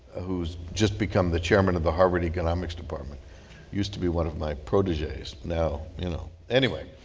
who's just become the chairman of the harvard economics department used to be one of my proteges. now, you know anyway.